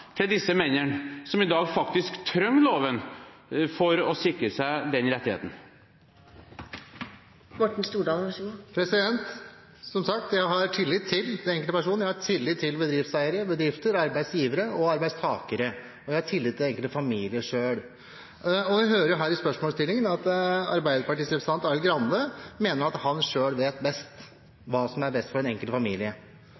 tillit til den enkelte person. Jeg har tillit til bedriftseiere, bedrifter, arbeidsgivere og arbeidstakere. Jeg har også tillit til den enkelte familie selv. Vi hører her i spørsmålsstillingen at Arbeiderpartiets representant Arild Grande mener at han selv vet